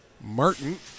Martin